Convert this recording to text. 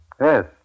Yes